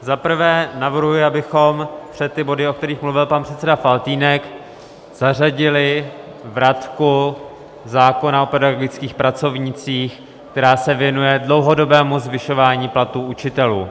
Za prvé navrhuji, abychom před ty body, o kterých mluvil pan předseda Faltýnek, zařadili vratku zákona o pedagogických pracovnících, která se věnuje dlouhodobému zvyšování platů učitelů.